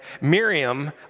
Miriam